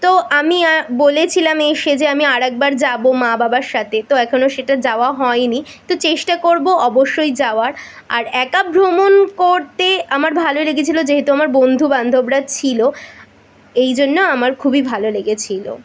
তো আমি বলেছিলাম এসে যে আমি আর একবার যাবো মা বাবার সাথে তো এখনো সেটা যাওয়া হয়নি তো চেষ্টা করবো অবশ্যই যাওয়ার আর একা ভ্রমণ করতে আমার ভালো লেগেছিলো যেহেতু আমার বন্ধু বান্ধবরা ছিলো এই জন্য আমার খুবই ভালো লেগেছিলো